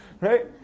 Right